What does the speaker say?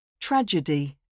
Tragedy